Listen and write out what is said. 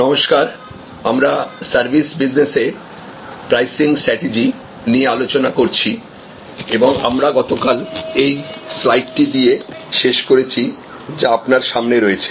নমস্কারআমরা service বিজনেসে pricing strategy নিয়ে আলোচনা করছি এবং আমরা গতকাল এই স্লাইডটি দিয়ে শেষ করেছি যা আপনার সামনে রয়েছে